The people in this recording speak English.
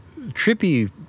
trippy